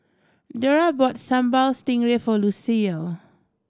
dora bought Sambal Stingray for Lucille